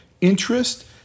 interest